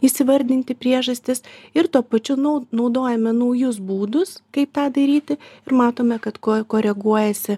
įsivardinti priežastis ir tuo pačiu nau naudojame naujus būdus kaip tą daryti ir matome kad kuo koreguojasi